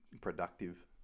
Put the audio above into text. productive